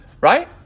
right